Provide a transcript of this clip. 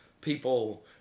people